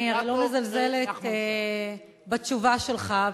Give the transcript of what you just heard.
אני לא מזלזלת בתשובה שלך,